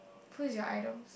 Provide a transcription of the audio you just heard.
who is your idols